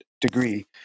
degree